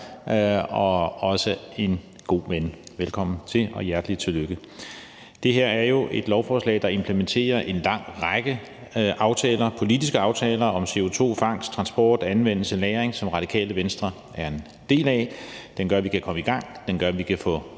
og også en god ven – velkommen til, og hjerteligt tillykke! Det her er jo et lovforslag, som implementerer en lang række politiske aftaler om CO2-fangst, -transport, -anvendelse og -lagring, som Radikale Venstre er en del af. Det gør, at vi kan komme i gang, det gør, at vi kan få